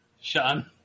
Sean